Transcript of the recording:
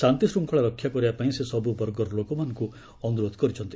ଶାନ୍ତିଶୃଙ୍ଗଳା ରକ୍ଷା କରିବାପାଇଁ ସେ ସବୁବର୍ଗର ଲୋକମାନଙ୍କୁ ଅନୁରୋଧ କରିଛନ୍ତି